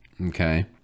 Okay